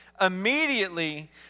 Immediately